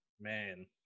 Man